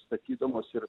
statydamos ir